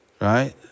Right